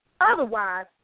Otherwise